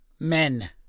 Men